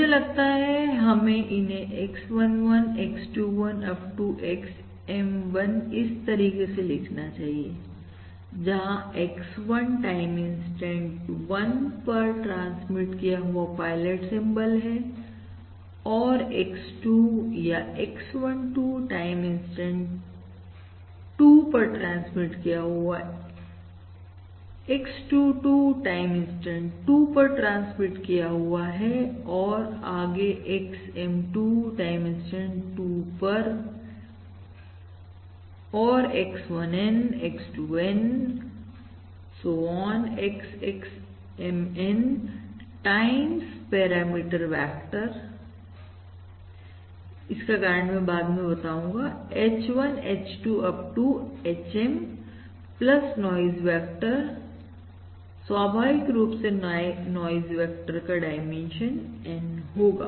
मुझे लगता है हमें इन्हें X11 X 21 up to XM1 इस तरीके से लिखना चाहिए जहां X1 टाइम इंस्टेंट 1 पर ट्रांसमिट किया हुआ पायलट सिंबल है और X2 या X12 टाइम इंस्टेंट 2 पर ट्रांसमिट किया हुआ X22 टाइम इंस्टेंट 2 पर ट्रांसमिट किया हुआ और आगे XM2 टाइम इंस्टेंट 2 पर और X1N X2 N so on X XMN times parameter vector इसका कारण बाद में बताऊंगा H1 H2 up to HM plus noise vector स्वाभाविक रूप से नाइज वेक्टर का डायमेंशन N होगा